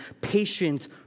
patient